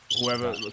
Whoever